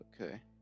Okay